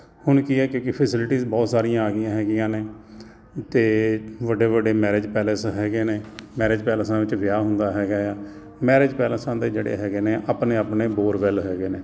ਹੁਣ ਕੀ ਆ ਕਿਉਂਕਿ ਫੈਸਲਿਟੀ ਬਹੁਤ ਸਾਰੀਆਂ ਆ ਗਈਆਂ ਹੈਗੀਆਂ ਨੇ ਅਤੇ ਵੱਡੇ ਵੱਡੇ ਮੈਰਿਜ ਪੈਲੇਸ ਹੈਗੇ ਨੇ ਮੈਰਿਜ ਪੈਲਸਾਂ ਵਿੱਚ ਵਿਆਹ ਹੁੰਦਾ ਹੈਗਾ ਆ ਮੈਰਿਜ ਪੈਲਸਾਂ ਦੇ ਜਿਹੜੇ ਹੈਗੇ ਨੇ ਆਪਣੇ ਆਪਣੇ ਬੋਰਵੈਲ ਹੈਗੇ ਨੇ